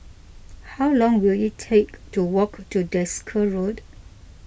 how long will it take to walk to Desker Road